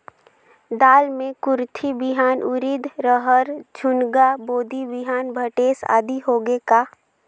दाल मे कुरथी बिहान, उरीद, रहर, झुनगा, बोदी बिहान भटेस आदि होगे का?